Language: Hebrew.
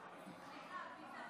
חוק ומשפט